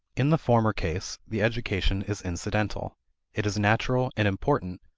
in the former case the education is incidental it is natural and important,